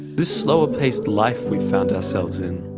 this slower paced life we found ourselves in,